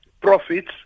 profits